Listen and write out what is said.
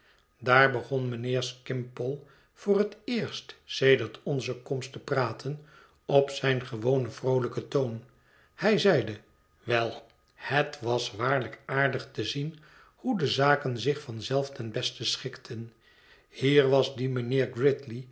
daarop begon mijnheer skimpole voor het eerst sedert onze komst te praten op zijn gewonen vroolijken toon hij zeide wel het was waarlijk aardig te zien hoe de zaken zich van zelf ten beste schikten hier was die mijnheer